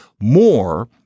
more